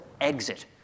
exit